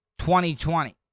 2020